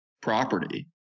property